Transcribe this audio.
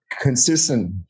consistent